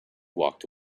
walked